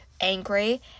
angry